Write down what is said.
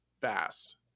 fast